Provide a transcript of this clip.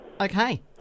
Okay